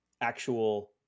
actual